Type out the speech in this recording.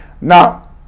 Now